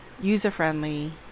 user-friendly